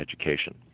education